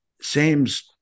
Sam's